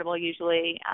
usually